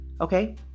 Okay